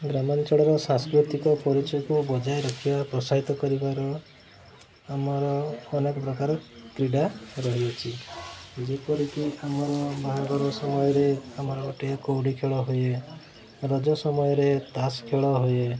ଗ୍ରାମାଞ୍ଚଳର ସାଂସ୍କୃତିକ ପରିଚୟକୁ ବଜାୟ ରଖିବା ପ୍ରୋତ୍ସାହିତ କରିବାର ଆମର ଅନେକ ପ୍ରକାର କ୍ରୀଡ଼ା ରହିଅଛି ଯେପରିକି ଆମର ବାହାଘର ସମୟରେ ଆମର ଗୋଟିଏ କଉଡ଼ି ଖେଳ ହୁଏ ରଜ ସମୟରେ ତାସ୍ ଖେଳ ହୁଏ